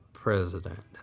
President